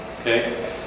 Okay